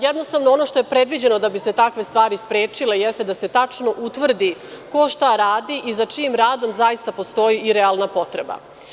Jednostavno, ono što je predviđeno da bi se takve stvari sprečile jeste da se tačno utvrdi ko šta radi i za čijim radom zaista postoji realna potreba.